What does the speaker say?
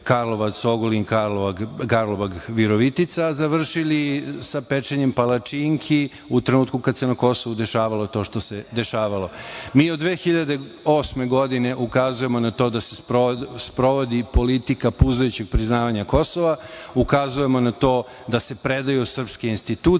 Karlovac-Ogulin-Karlobag-Virovitica, a završili sa pečenjem palačinki u trenutku kada se na Kosovu dešavalo to što se dešavalo. Mi od 2008. godine ukazujemo na to da se sprovodi politika puzajućeg priznavanja Kosova. Ukazujemo na to da se predaju srpske institucije